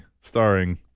Starring